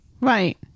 Right